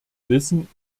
wissen